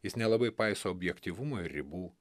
jis nelabai paiso objektyvumo ir ribų